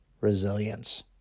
resilience